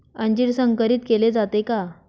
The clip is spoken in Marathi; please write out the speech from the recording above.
अंजीर संकरित केले जाते का?